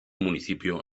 municipio